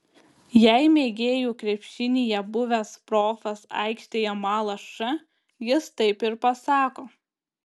jei mėgėjų krepšinyje buvęs profas aikštėje mala š jis taip ir pasako